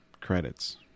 credits